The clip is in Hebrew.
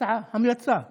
הצעה, המלצה בלבד.